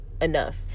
enough